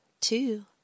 two